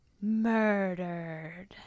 Murdered